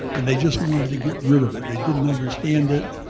and they just wanted to get rid of it. they didn't understand it,